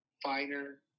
finer